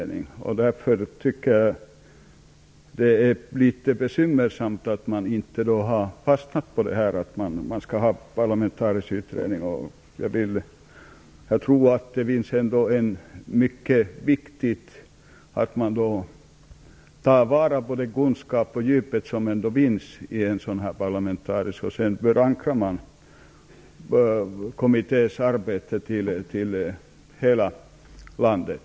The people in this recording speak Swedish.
Därför tycker jag att det är litet bekymmersamt att man inte har fastnat för att utredningen skall vara parlamentarisk. Jag tror att det ändå är mycket viktigt att man då tar vara på den kunskap på djupet som ändå finns i en sådan här parlamentarisk kommitté, och sedan kan man förankra kommitténs arbete i hela landet.